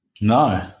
No